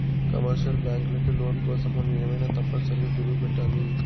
commercial బ్యాంకులకి loan కోసం మనం ఏమైనా తప్పనిసరిగా కుదవపెట్టాలి